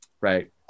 Right